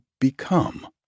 become